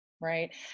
Right